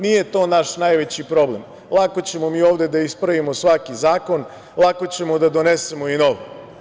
Nije to naš najveći problem, lako ćemo mi ovde da ispravimo svaki zakon, lako ćemo da donesemo i nov.